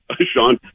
Sean